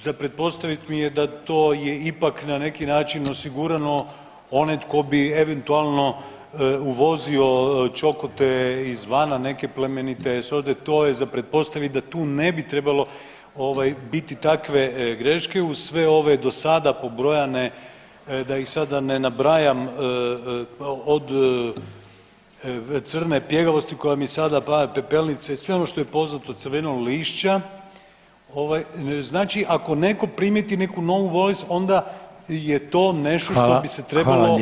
Za pretpostavit mi je da to je ipak na neki način osigurano onaj tko bi eventualno uvozio čokote izvana neke plemenite sorte, to je za pretpostavit da tu ne bi trebalo biti takve graške uz sve ove do sada pobrojane da ih sada ne nabrajam od crne pjegavosti koja mi sada pada, pepelnice i sve ono što je poznato crvenilo lišća, znači ako neko primijeti neku novu bolest onda je to nešto [[Upadica Reiner: Hvala, hvala lijepa.]] što bi se trebalo